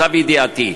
למיטב ידיעתי,